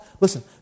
Listen